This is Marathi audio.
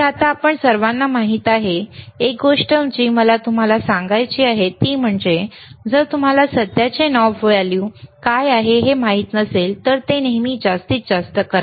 तर आता आपणा सर्वांना माहित आहे एक गोष्ट जी मला तुम्हाला सांगायची आहे ती म्हणजे जर तुम्हाला सध्याचे नॉब व्हॅल्यू काय असावे हे माहित नसेल तर ते नेहमी जास्तीत जास्त करा